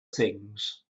things